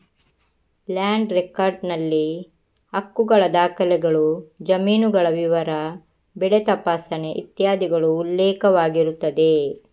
land record ನಲ್ಲಿ ಹಕ್ಕುಗಳ ದಾಖಲೆಗಳು, ಜಮೀನುಗಳ ವಿವರ, ಬೆಳೆ ತಪಾಸಣೆ ಇತ್ಯಾದಿಗಳು ಉಲ್ಲೇಖವಾಗಿರುತ್ತದೆ